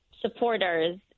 supporters